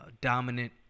dominant